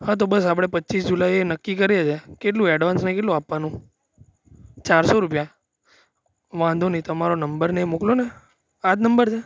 હા તો બસ આપણે પચીસ જુલાઈએ નક્કી કરીએ છીએ કેટલું એડવાન્સ ને એ કેટલું આપવાનું ચારસો રૂપિયા વાંધો નહીં તમારો નંબર ને એ મોકલો ને આ જ નંબર છે